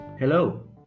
Hello